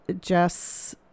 Jess